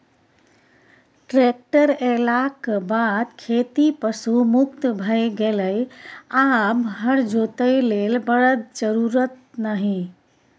tractor एलाक बाद खेती पशु मुक्त भए गेलै आब हर जोतय लेल बरद जरुरत नहि